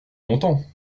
montant